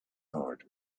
heart